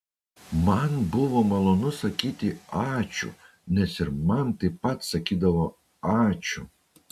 man buvo malonu sakyti ačiū nes ir man taip pat sakydavo ačiū